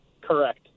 Correct